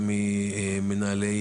גם מנהלי